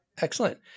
Excellent